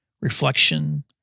reflection